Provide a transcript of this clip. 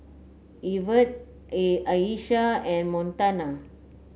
Evertt Ayesha and Montana